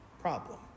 problem